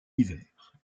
hiver